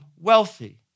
wealthy